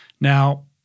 Now